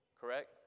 Correct